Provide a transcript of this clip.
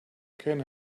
can